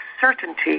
certainty